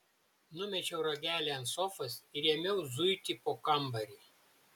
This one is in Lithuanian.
numečiau ragelį ant sofos ir ėmiau zuiti po kambarį